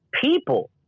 people